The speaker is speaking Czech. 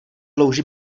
louži